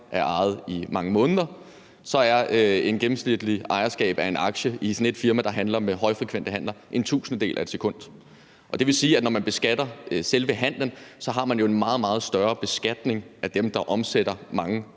er ejet i mange måneder, er varigheden af et gennemsnitligt ejerskab af en aktie i sådan et firma, der handler med højfrekvente handler, en tusindedel af et sekund. Det vil sige, at når man beskatter selve handlen, er der jo tale om en meget, meget større beskatning af dem, der omsætter mange